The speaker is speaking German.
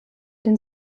den